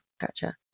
gotcha